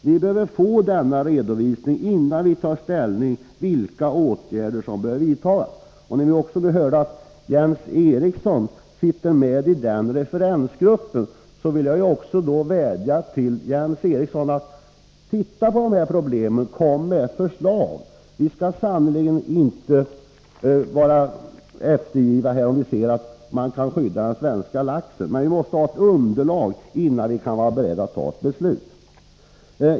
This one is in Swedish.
Vi behöver få denna redovisning innan vi tar ställning till vilka åtgärder som behöver vidtas. Eftersom vi hörde att Jens Eriksson sitter med i referensgruppen, vill jag vädja till honom att titta på de här problemen och komma med förslag. Vi skall sannerligen inte tveka att vidta åtgärder för att skydda den svenska laxen. Men vi måste ha underlag innan vi är beredda att ta ett beslut.